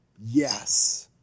Yes